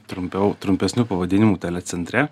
trumpiau trumpesniu pavadinimu telecentre